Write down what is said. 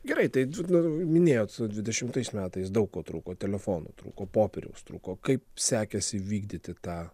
gerai tai minėjot dvidešimtais metais daug ko trūko telefonų trūko popieriaus trūko kaip sekėsi įvykdyti tą